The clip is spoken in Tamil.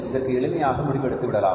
இதற்கு எளிமையாக முடிவு எடுத்துவிடலாம்